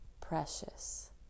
precious